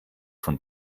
von